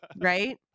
right